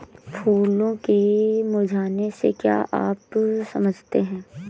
फूलों के मुरझाने से क्या आप समझते हैं?